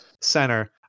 center